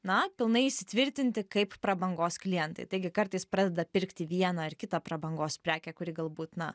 na pilnai įsitvirtinti kaip prabangos klientai taigi kartais pradeda pirkti vieną ar kitą prabangos prekę kuri galbūt na